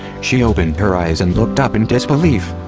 she opened her eyes and looked up in disbelief.